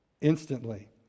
instantly